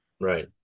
Right